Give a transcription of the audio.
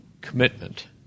commitment